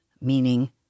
meaning